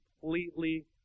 completely